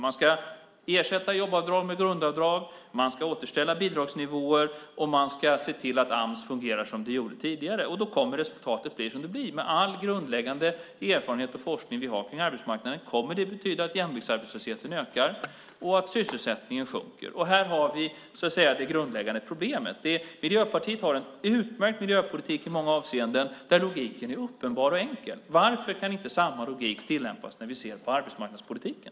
Man ska ersätta jobbavdrag med grundavdrag, man ska återställa bidragsnivåer och man ska se till att Ams fungerar som det gjorde tidigare. Då kommer resultatet att bli som det blir. Med all grundläggande erfarenhet och forskning vi har om arbetsmarknaden kommer det att betyda att jämviktsarbetslösheten ökar och att sysselsättningen sjunker. Här har vi det grundläggande problemet. Miljöpartiet har en utmärkt miljöpolitik i många avseenden där logiken är uppenbar och enkel. Varför kan inte samma logik tillämpas när vi ser på arbetsmarknadspolitiken?